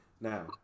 now